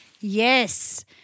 Yes